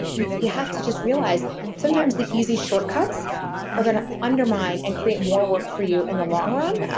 you you have to just realize sometimes the easy shortcuts are going to undermine and create more work for you in the long run.